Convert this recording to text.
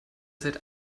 seid